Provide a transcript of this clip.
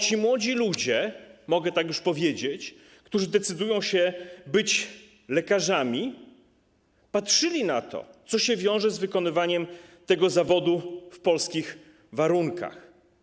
Ci młodzi ludzie - mogę tak już powiedzieć - którzy decydują się być lekarzami, patrzyli na to, co się wiąże z wykonywaniem tego zawodu w polskich warunkach.